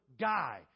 guy